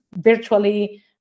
virtually